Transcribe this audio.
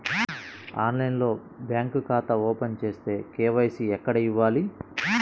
ఆన్లైన్లో బ్యాంకు ఖాతా ఓపెన్ చేస్తే, కే.వై.సి ఎక్కడ ఇవ్వాలి?